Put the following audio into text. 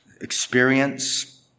experience